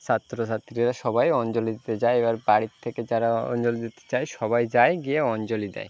ছাত্র ছাত্রীরা সবাই অঞ্জলি দিতে যায় এবার বাড়ির থেকে যারা অঞ্জলি দিতে যায় সবাই যায় গিয়ে অঞ্জলি দেয়